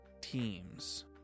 teams